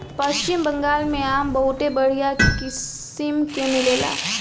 पश्चिम बंगाल में आम बहुते बढ़िया किसिम के मिलेला